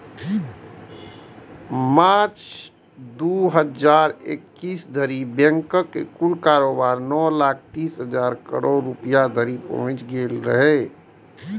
मार्च, दू हजार इकैस धरि बैंकक कुल कारोबार नौ लाख तीस हजार करोड़ रुपैया धरि पहुंच गेल रहै